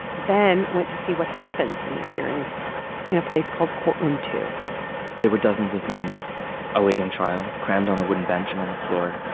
ben went to see what happens in these hearings in a place called courtroom two point there were dozens of men awaiting trial, crammed on a wooden bench and on the floor,